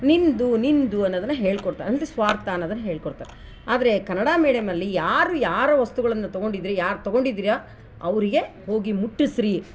ನಿಂದು ನಿಂದು ಅನ್ನೋದನ್ನು ಹೇಳಿಕೊಡ್ತಾ ಅಂದರೆ ಸ್ವಾರ್ಥ ಅನ್ನೋದನ್ನು ಹೇಳಿಕೊಡ್ತಾರೆ ಆದರೆ ಕನ್ನಡ ಮೀಡಿಯಮ್ನಲ್ಲಿ ಯಾರು ಯಾರ ವಸ್ತುಗಳನ್ನು ತಗೊಂಡಿದಿರಿ ಯಾರು ತಗೊಂಡಿದಿರ ಅವರಿಗೆ ಹೋಗಿ ಮುಟ್ಟಿಸಿರಿ